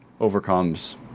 overcomes